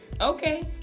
Okay